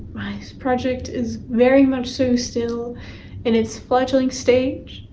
project is very much so still in its fledgling stage.